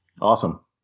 Awesome